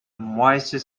moisture